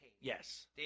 Yes